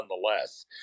nonetheless